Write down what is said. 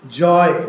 joy